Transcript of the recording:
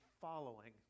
following